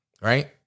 Right